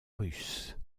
russes